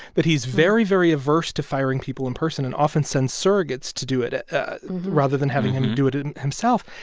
that he's very, very averse to firing people in person and often sends surrogates to do it it rather than having him do it it himself.